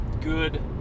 good